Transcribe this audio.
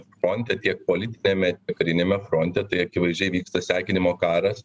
fronte tiek politiniame kariniame fronte tai akivaizdžiai vyksta sekinimo karas